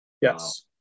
Yes